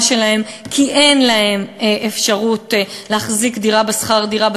שלהן כי אין להן אפשרות להחזיק דירה בשכר דירה,